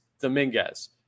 Dominguez